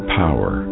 power